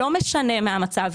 לא משנה מה המצב,